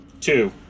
Two